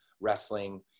wrestling